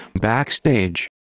Backstage